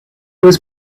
was